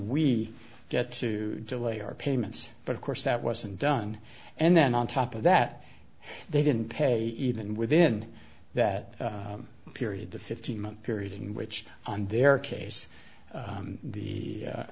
we get to delay our payments but of course that wasn't done and then on top of that they didn't pay even within that period the fifteen month period in which their case the